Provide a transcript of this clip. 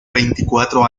veinticuatro